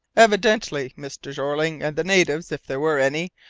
evidently, mr. jeorling and the natives, if there were any,